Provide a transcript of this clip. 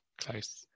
Close